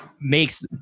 makes